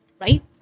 right